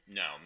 no